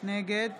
נגד